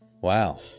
Wow